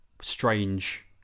strange